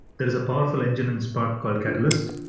there is a powerful engine in spark called catalyst,